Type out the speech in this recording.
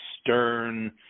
stern